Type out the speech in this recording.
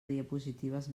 diapositives